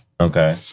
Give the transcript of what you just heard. Okay